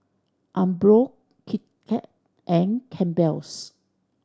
Umbro Kit Kat and Campbell's